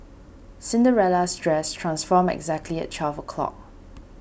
Cinderella's dress transformed exactly at twelve o'clock